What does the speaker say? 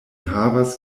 havas